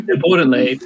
Importantly